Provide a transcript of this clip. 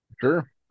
Sure